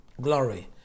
Glory